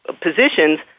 positions